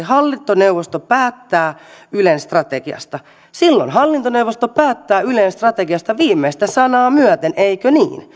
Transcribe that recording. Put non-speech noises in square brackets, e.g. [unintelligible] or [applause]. [unintelligible] hallintoneuvosto päättää ylen strategiasta silloin hallintoneuvosto päättää ylen strategiasta viimeistä sanaa myöten eikö niin